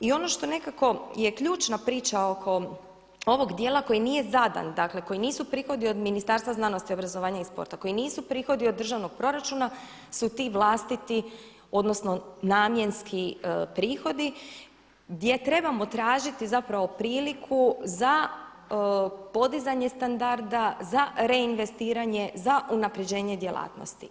I ono što nekako je ključna priča oko ovog dijela koji nije zadan, dakle koji nisu prihodi od Ministarstva znanosti, obrazovanja i sporta, koji nisu prihodi od državnog proračuna su ti vlastiti, odnosno namjenski prihodi gdje trebamo tražiti zapravo priliku za podizanje standarda, za reinvestiranje, za unapređenje djelatnosti.